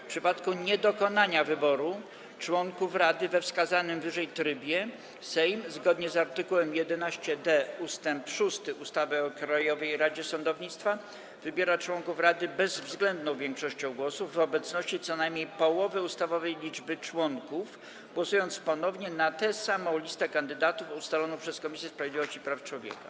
W przypadku niedokonania wyboru członków rady we wskazanym wyżej trybie Sejm zgodnie z art. 11d ust. 6 ustawy o Krajowej Radzie Sądownictwa wybiera członków rady bezwzględną większością głosów w obecności co najmniej połowy ustawowej liczby członków, głosując ponownie na tę samą listę kandydatów ustaloną przez Komisję Sprawiedliwości i Praw Człowieka.